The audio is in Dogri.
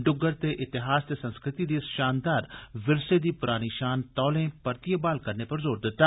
डुग्गर दे इतिहास ते संस्कृति दे इस शानदार विरसे दी परानी शान तौले परतियै बहाल करने पर ज़ोर दिता